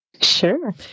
Sure